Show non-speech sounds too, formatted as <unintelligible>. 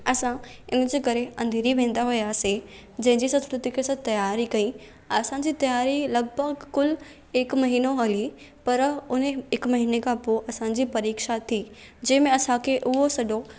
असां इन जे करे अंधेरी वेंदा हुयासीं जंहिंजी असां <unintelligible> तियारी कई असां जी तियारी लॻिभॻि कुलु हिकु महीनो हली पर उन हिकु महीने खां पोइ असां जी परीक्षा थी जंहिंमें असां खे उहो सॼो